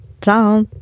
Ciao